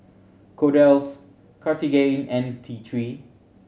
Kordel's Cartigain and T Three